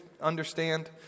understand